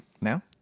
Now